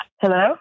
Hello